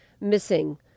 Missing